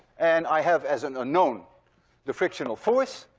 and i have as an unknown the frictional force,